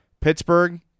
Pittsburgh